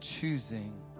choosing